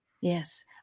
Yes